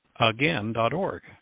again.org